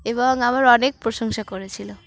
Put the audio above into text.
এবং আমার অনেক প্রশংসা করেছিলো